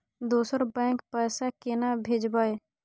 दोसर बैंक पैसा केना भेजबै?